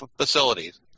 facilities